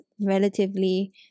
relatively